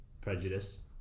prejudice